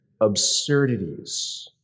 absurdities